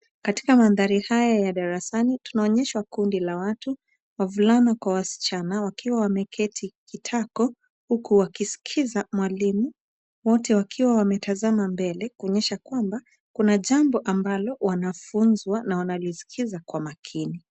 Katika mandhari haya ya darasani yanaonyeshwa kundi la watu wavulana kwa wasichana wakiwa wameketi kitako wakiskiza mwalimu wote akiwa wametazama mbele kuonyesha kuna jambo ambalo wanafunza na wanalisikiza kwa makini.